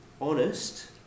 honest